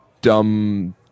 dumb